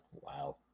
Wow